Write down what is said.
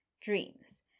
dreams